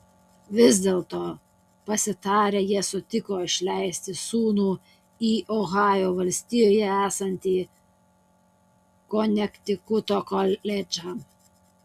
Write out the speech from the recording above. vis dėlto pasitarę jie sutiko išleisti sūnų į ohajo valstijoje esantį konektikuto koledžą